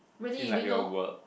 in like your work